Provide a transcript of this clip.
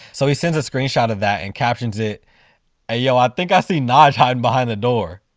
so he sends a screenshot of that and captions it i yeah um think i see nyge hiding behind the door.